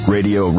Radio